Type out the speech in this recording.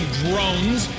drones